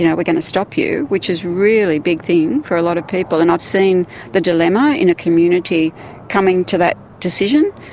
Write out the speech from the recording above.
you know we're going to stop you, which is a really big think for a lot of people, and i've seen the dilemma in a community coming to that decision,